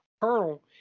colonel